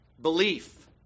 Belief